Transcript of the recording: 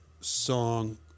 song